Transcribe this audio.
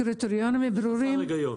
מה הקריטריונים לבחירה?